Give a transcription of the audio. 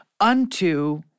unto